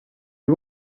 you